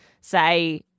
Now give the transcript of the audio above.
say